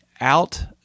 out